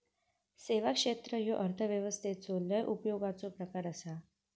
सेवा क्षेत्र ह्यो अर्थव्यवस्थेचो लय उपयोगाचो प्रकार आसा